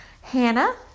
Hannah